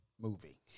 movie